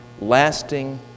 lasting